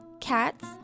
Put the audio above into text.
cats